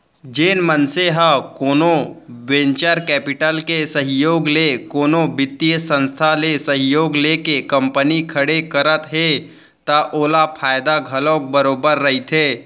जेन मनसे ह कोनो वेंचर कैपिटल के सहयोग ले कोनो बित्तीय संस्था ले सहयोग लेके कंपनी खड़े करत हे त ओला फायदा घलोक बरोबर रहिथे